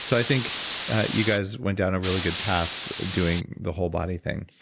so i think you guys went down a really good path doing the whole-body thing